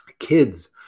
Kids